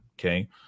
Okay